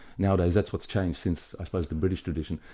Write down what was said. nowadays that's what changed since i suppose, the british tradition.